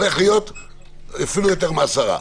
אפילו יותר מעשרה.